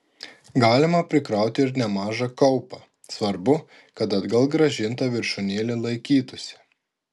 galima prikrauti ir nemažą kaupą svarbu kad atgal grąžinta viršūnėlė laikytųsi